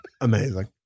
Amazing